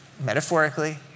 metaphorically